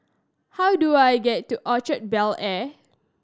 how do I get to Orchard Bel Air